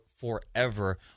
forever